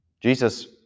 Jesus